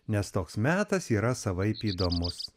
nes toks metas yra savaip įdomus